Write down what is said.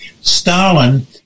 Stalin